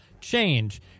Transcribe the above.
change